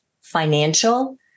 financial